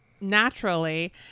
naturally